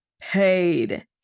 paid